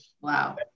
wow